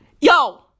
yo